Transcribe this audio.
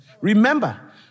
Remember